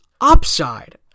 upside